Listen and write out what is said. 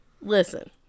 listen